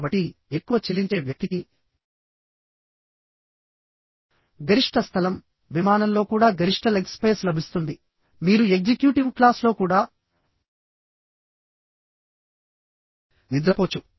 కాబట్టి ఎక్కువ చెల్లించే వ్యక్తికి గరిష్ట స్థలం విమానంలో కూడా గరిష్ట లెగ్ స్పేస్ లభిస్తుంది మీరు ఎగ్జిక్యూటివ్ క్లాస్లో కూడా నిద్రపోవచ్చు